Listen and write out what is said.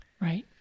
Right